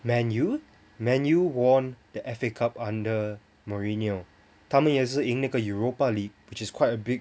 Man U Man U won the F_A cup under mourinho 他们也是赢那个 europa league which is quite a big